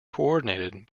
coordinated